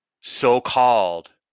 so-called